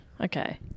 Okay